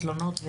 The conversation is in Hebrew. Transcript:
ותלונות,